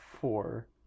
four